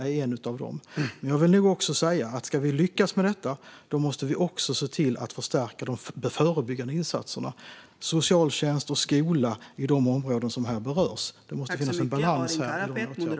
Men jag vill också säga att vi om vi ska lyckas med detta också måste förstärka de förebyggande insatserna - socialtjänst och skola - i de områden som berörs. Det måste finnas en balans mellan åtgärderna.